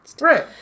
Right